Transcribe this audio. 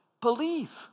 believe